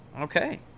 okay